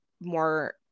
more